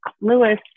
Lewis